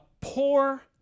poor